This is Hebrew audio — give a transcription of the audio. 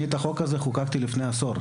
אני את החוק הזה שהוא מדבר עליו חוקקתי לפני עשור.